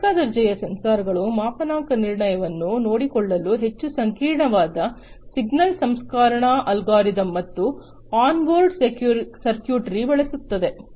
ಕೈಗಾರಿಕಾ ದರ್ಜೆಯ ಸೆನ್ಸಾರ್ಗಳು ಮಾಪನಾಂಕ ನಿರ್ಣಯವನ್ನು ನೋಡಿಕೊಳ್ಳಲು ಹೆಚ್ಚು ಸಂಕೀರ್ಣವಾದ ಸಿಗ್ನಲ್ ಸಂಸ್ಕರಣಾ ಅಲ್ಗಾರಿದಮ್ಗಳು ಮತ್ತು ಆನ್ ಬೋರ್ಡ್ ಸರ್ಕ್ಯೂಟ್ರಿಯನ್ನು ಬಳಸುತ್ತವೆ